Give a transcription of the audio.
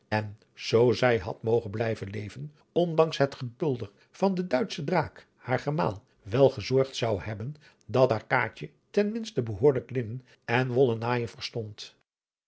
en zoo zij had mogen blijven leven ondanks het gebulder van den duitschen draak haar gemaal wel gezorgd zou hebben dat haar kaatje ten minste behoorlijk linnen en wollen naaijen verstond